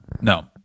No